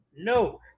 No